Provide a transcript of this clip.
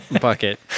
bucket